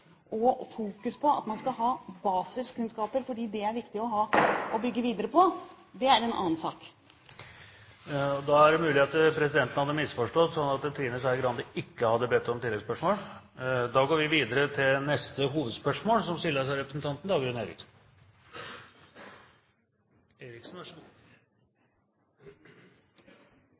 på at man skal ha basiskunnskaper fordi det er viktig å ha og å bygge videre på, er en annen sak. Det er mulig presidenten har misforstått, men er det ikke sånn at Trine Skei Grande har bedt om oppfølgingsspørsmål? – Det har hun ikke. Da går vi videre til neste hovedspørsmål.